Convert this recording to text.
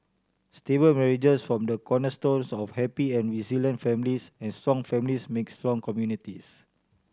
stable marriages form the cornerstones of happy and resilient families and strong families make strong communities